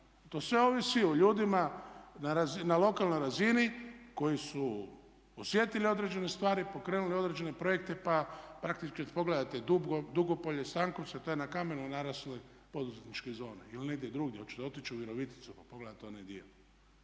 to sve ovisi o ljudima na lokalnoj razini koji su osjetili određene stvari, pokrenuli određene projekte pa praktički kad pogledate Dugopolje, Stankovce, to je na kamenu narasloj poduzetničkoj zoni ili negdje drugdje, hoćete otići u Viroviticu pa pogledati onaj dio.